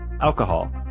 alcohol